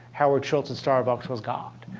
howard schultz of starbucks was god,